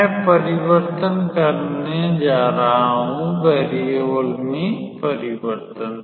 मैं परिवर्तन करने जा रहा हूँ वेरिएवल में परिवर्तन